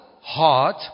heart